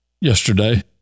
yesterday